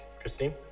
Christine